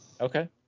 Okay